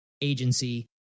agency